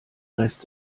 rest